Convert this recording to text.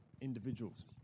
individuals